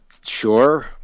sure